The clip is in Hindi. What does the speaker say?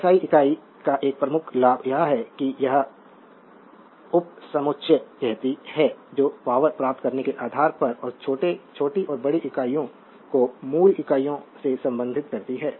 स्लाइड समय देखें 1138 तो एसआई इकाई का एक प्रमुख लाभ यह है कि यह उपसमुच्चय कहती है जो पावर प्राप्त करने के आधार पर और छोटी और बड़ी इकाइयों को मूल इकाइयों से संबंधित करती है